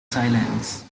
silence